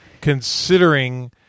considering